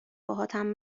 باهاتم